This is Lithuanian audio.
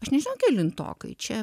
aš nežinau kelintokai čia